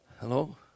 Hello